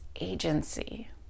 agency